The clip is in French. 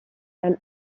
elle